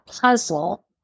puzzle